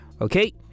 okay